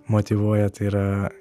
motyvuoja tai yra